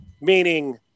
meaning